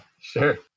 Sure